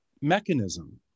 mechanism